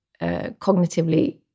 cognitively